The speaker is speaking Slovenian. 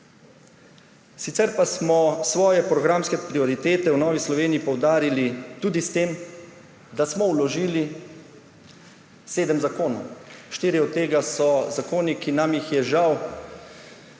Sicer pa smo svoje programske prioritete v Novi Sloveniji poudarili tudi s tem, da smo vložili sedem zakonov. Štirje od tega so zakoni, ki nam jih je, žal,